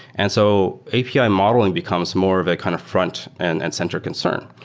and so api modeling becomes more of a kind of front and and center concern,